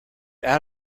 out